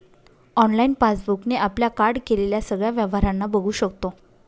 online passbook ने आपल्या card केलेल्या सगळ्या व्यवहारांना बघू शकतो